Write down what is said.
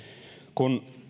kun